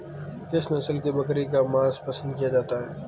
किस नस्ल की बकरी का मांस पसंद किया जाता है?